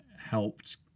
Helped